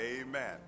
amen